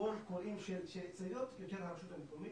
קולות קוראים של הצטיידות זה יותר הרשות המקומית,